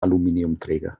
aluminiumträger